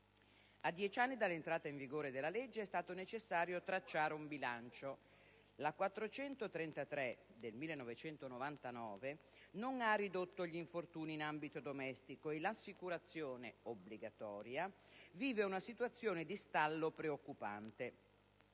A dieci anni dall'entrata in vigore della legge è stato necessario tracciare un bilancio: la legge n. 433 del 1999 non ha ridotto gli infortuni in ambito domestico, e l'assicurazione obbligatoria vive una situazione di stallo preoccupante.